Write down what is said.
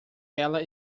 ela